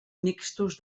mixtos